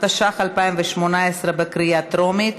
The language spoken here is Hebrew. התשע"ח 2018, בקריאה טרומית.